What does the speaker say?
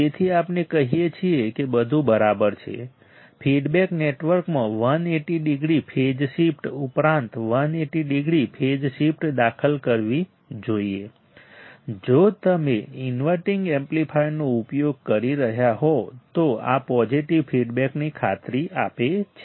તેથી આપણે કહીએ છીએ કે બધું બરાબર છે ફીડબેક નેટવર્કમાં 180 ડિગ્રી ફેઝ શિફ્ટ ઉપરાંત 180 ડિગ્રી ફેઝ શિફ્ટ દાખલ કરવી જોઈએ જો તમે ઇન્વર્ટિંગ એમ્પ્લીફાયરનો ઉપયોગ કરી રહ્યાં હોવ તો આ પોઝિટિવ ફીડબેકની ખાતરી આપે છે